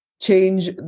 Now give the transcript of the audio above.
change